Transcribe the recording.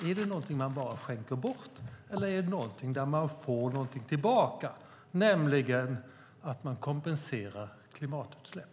Är det någonting som man bara skänker bort eller är det någonting som ger något tillbaka, nämligen att man kompenserar för klimatutsläpp?